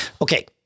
Okay